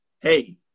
Hey